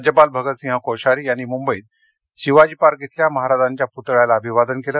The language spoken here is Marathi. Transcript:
राज्यपाल भगतसिंग कोश्यारी यांनी मुंबईत शिवाजी पार्क येथील महाराजांच्या पूतळ्याला अभिवादन केलं